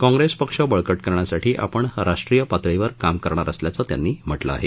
काँग्रेस पक्ष बळकट करण्यासाठी आपण राष्ट्रीय पातळीवर काम करणार असल्याचं त्यांनी म्हटलं आहे